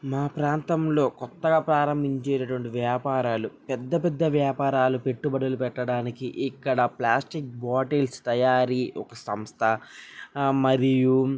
నా ప్రాంతంలో కొత్తగా ప్రారంభించేటటువంటి వ్యాపారాలు పెద్ద పెద్ద వ్యాపారాలు పెట్టుబడులు పెట్టడానికి ఇక్కడ ప్లాస్టిక్ బాటిల్స్ తయారీ ఒక సంస్థ మరియు